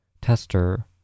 Tester